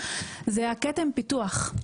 זה כתם הפיתוח.